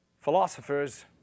philosophers